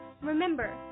Remember